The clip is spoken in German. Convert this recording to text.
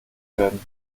werden